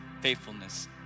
faithfulness